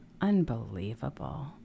Unbelievable